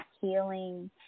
healing